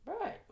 Right